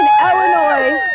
Illinois